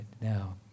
now